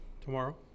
Tomorrow